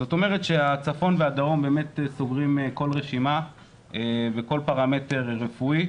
זאת אומרת שהצפון והדרום באמת סוגרים כל רשימה וכל פרמטר רפואי,